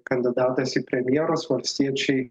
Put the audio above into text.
kandidatais į premjerus valstiečiai